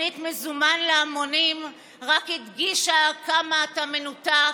תוכנית "מזומן להמונים" רק הדגישה עד כמה אתה מנותק,